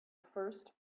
first